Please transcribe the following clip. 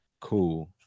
cool